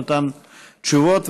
נתן תשובות,